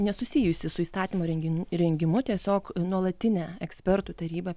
nesusijusį su įstatymo renginių rengimu tiesiog nuolatinę ekspertų tarybą